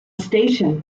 station